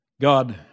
God